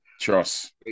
Trust